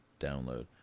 download